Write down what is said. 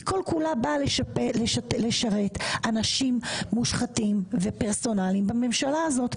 היא כל כולה באה לשרת אנשים מושחתים ופרסונליים בממשלה הזאת.